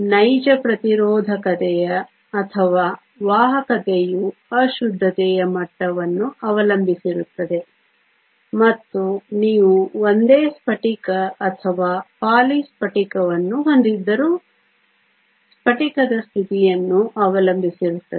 ನೈಜ ಪ್ರತಿರೋಧಕತೆ ಅಥವಾ ವಾಹಕತೆಯು ಅಶುದ್ಧತೆಯ ಮಟ್ಟವನ್ನು ಅವಲಂಬಿಸಿರುತ್ತದೆ ಮತ್ತು ನೀವು ಒಂದೇ ಸ್ಫಟಿಕ ಅಥವಾ ಪಾಲಿ ಸ್ಫಟಿಕವನ್ನು ಹೊಂದಿದ್ದರೂ ಸ್ಫಟಿಕದ ಸ್ಥಿತಿಯನ್ನು ಅವಲಂಬಿಸಿರುತ್ತದೆ